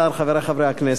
חברי חברי הכנסת,